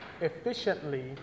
efficiently